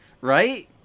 Right